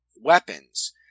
weapons